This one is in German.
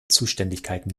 zuständigkeiten